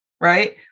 right